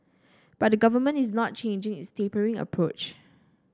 but the Government is not changing its tapering approach